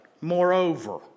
Moreover